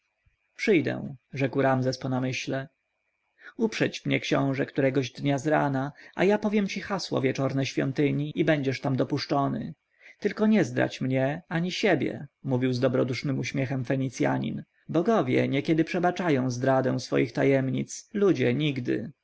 przyjdę rzekł ramzes po namyśle uprzedź mnie książę którego dnia z rana a ja powiem ci hasło wieczorne świątyni i będziesz tam dopuszczony tylko nie zdradź mnie ani siebie mówił z dobrodusznym uśmiechem fenicjanin bogowie niekiedy przebaczają zdradę swoich tajemnic ludzie nigdy